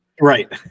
right